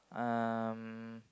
um